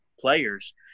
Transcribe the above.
players